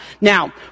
Now